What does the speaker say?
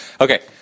Okay